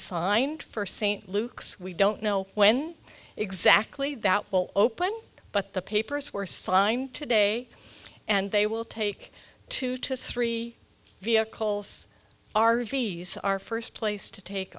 signed for st luke's we don't know when exactly that will open but the papers were signed today and they will take two to three vehicles r v s are first place to take